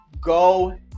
Go